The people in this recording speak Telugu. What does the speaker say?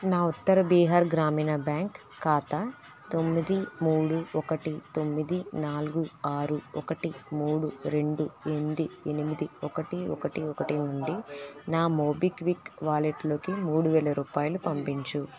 నా ఉత్తర బీహార్ గ్రామీణ బ్యాంక్ ఖాతా తొమ్మిది మూడు ఒకటి తొమ్మిది నాలుగు ఆరు ఒకటి మూడు రెండు ఎనిమిది ఎనిమిది ఒకటి ఒకటి ఒకటి నుండి నా మోబిక్విక్ వాలెట్లోకి మూడు వేల రూపాయలు పంపించు